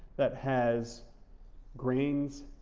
that has grains,